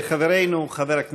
חברות וחבריי חברי